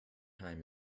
time